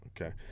Okay